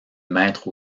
maître